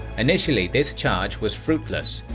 initially this charge was fruitless,